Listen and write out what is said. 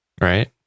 right